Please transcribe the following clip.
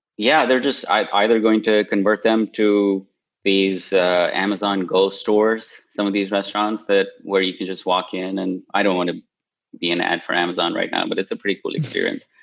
yeah. they're just either going to convert them to these amazon go stores, some of these restaurants that where you can just walk in and i don't want be an ad for amazon right now, but it's a pretty cool experience,